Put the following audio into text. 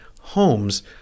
homes